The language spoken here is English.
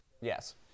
Yes